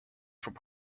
from